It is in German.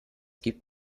gibt